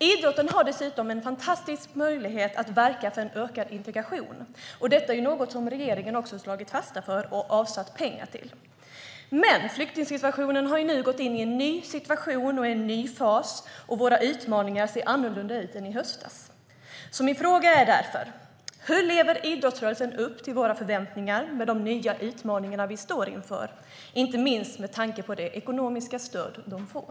Idrotten har dessutom en fantastisk möjlighet att verka för en ökad integration, och detta är också något som regeringen har tagit fasta på och avsatt pengar till. Men flyktingsituationen har nu gått in i en ny fas där våra utmaningar ser annorlunda ut än i höstas. Min fråga är därför: Hur lever idrottsrörelsen upp till våra förväntningar med de nya utmaningar som vi står inför, inte minst med tanke på det ekonomiska stöd som den får?